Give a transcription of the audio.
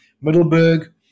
Middleburg